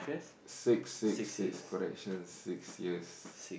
six six six correction six years